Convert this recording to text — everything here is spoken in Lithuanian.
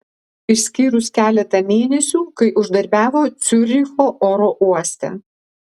išskyrus keletą mėnesių kai uždarbiavo ciuricho oro uoste